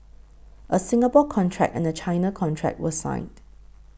a Singapore contract and a China contract were signed